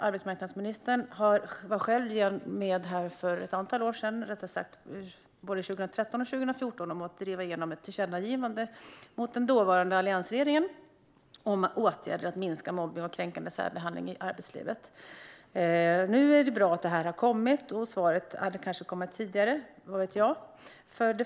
Ylva Johansson var själv med här för ett antal år sedan, både 2013 och 2014, om att driva igenom ett tillkännagivande till den dåvarande alliansregeringen om åtgärder för att minska mobbning och kränkande särbehandling i arbetslivet. Det är bra att detta har kommit nu. Svaret hade kanske kommit tidigare - vad vet jag?